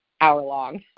hour-long